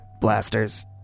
blasters